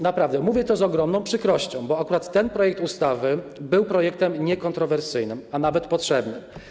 Naprawdę mówię to z ogromną przykrością, bo akurat ten projekt ustawy był projektem niekontrowersyjnym, a nawet potrzebnym.